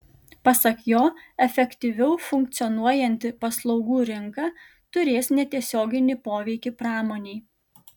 pasak jo efektyviau funkcionuojanti paslaugų rinka turės netiesioginį poveikį pramonei